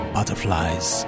Butterflies